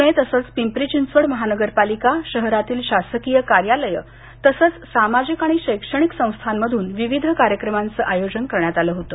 पुणे तसंच पिंपरी चिंचवड महानगरपालिका शहरातील शासकीय कार्यालयं तसंच सामाजिक आणि शैक्षणिक संस्थांमधून विविध कार्यक्रमांचं आयोजन करण्यात आलं होतं